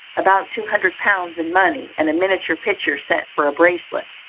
about two hundred pounds in money, and a miniature picture set for a bracelet.